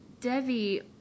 Devi